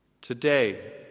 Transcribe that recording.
today